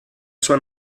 sua